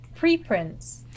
preprints